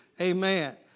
Amen